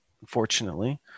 unfortunately